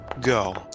Go